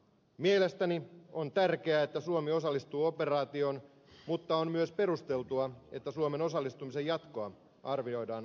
mielestäni on tärkeää että suomi osallistuu operaatioon mutta on myös perusteltua että suomen osallistumisen jatkoa arvioidaan vuosittain